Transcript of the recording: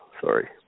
Sorry